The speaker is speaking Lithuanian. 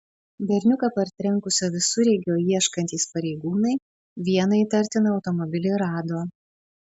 berniuką partrenkusio visureigio ieškantys pareigūnai vieną įtartiną automobilį rado